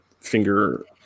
finger